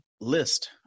list